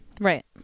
Right